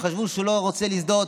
וחשבו שהוא לא רוצה להזדהות,